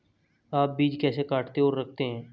आप बीज कैसे काटते और रखते हैं?